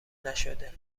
نشده